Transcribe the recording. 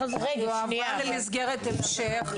--- היא הועברה למסגרת המשך,